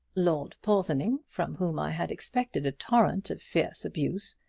lord porthoning, from whom i had expected a torrent of fierce abuse,